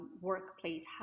workplace